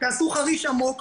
תעשו חריש עמוק,